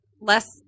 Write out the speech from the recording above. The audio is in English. Less